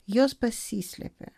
jos pasislėpia